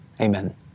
amen